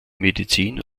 medizin